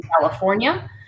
California